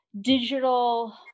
digital